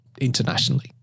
internationally